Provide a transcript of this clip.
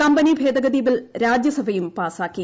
company ഭേദഗതി bill രാജ്യസഭയും പാസാക്കി